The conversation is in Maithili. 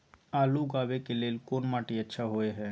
आलू उगाबै के लेल कोन माटी अच्छा होय है?